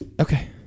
Okay